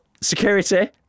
security